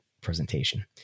presentation